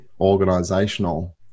organizational